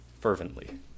fervently